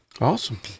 Awesome